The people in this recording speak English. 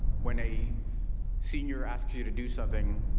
when a senior asks you you to do something,